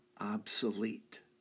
obsolete